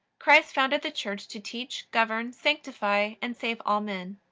christ founded the church to teach, govern, sanctify, and save all men.